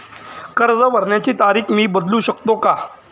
कर्ज भरण्याची तारीख मी बदलू शकतो का?